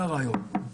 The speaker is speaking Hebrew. זה הרעיון.